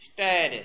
Status